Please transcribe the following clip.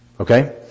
Okay